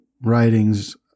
writings